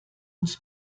uns